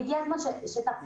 והגיע הזמן שתטפלו בזה.